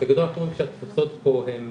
בגדול אנחנו רואים שהתפוסות פה הן